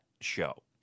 show